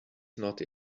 naughty